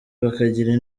bakagira